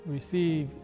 Receive